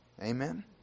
Amen